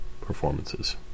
performances